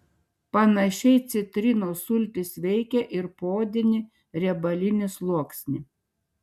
panašiai citrinos sultys veikia ir poodinį riebalinį sluoksnį